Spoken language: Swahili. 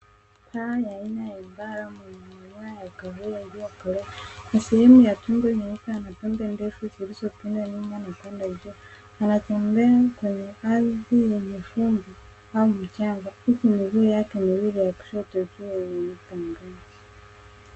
Paa ya aina ya ambara mwenye waya ya kofia iliyokolea, na sehemu ya tumbo inaonekana na pembe ndefu iliyopinda nyuma na upande njuu. Anatembea kwenye ardhi yenye chombo au mchanga, huku miguu yake miwili ya kushoto ikiwa imewekwa .